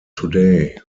today